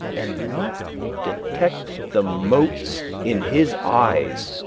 and not detect the motes in his eyes,